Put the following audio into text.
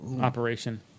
operation